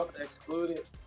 excluded